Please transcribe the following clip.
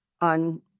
on